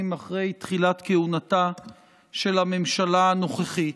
אחרי תחילת כהונתה של הממשלה הנוכחית,